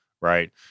right